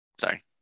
Sorry